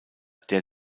der